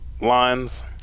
lines